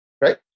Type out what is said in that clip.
right